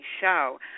show